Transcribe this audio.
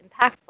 impactful